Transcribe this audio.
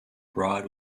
broad